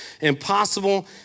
Impossible